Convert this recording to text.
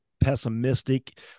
pessimistic